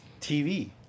TV